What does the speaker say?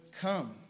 come